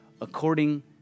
according